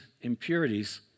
impurities